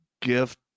gift